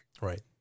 Right